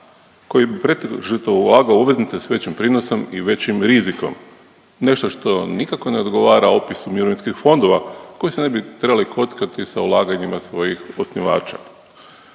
koji pretežito … obveznice s većim prinosom i većim rizikom, nešto što nikako ne odgovara opisu mirovinskih fonda koji bi se ne bi trebali kockati sa ulaganjima svojih osnivača.